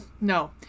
No